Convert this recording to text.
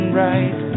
right